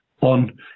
on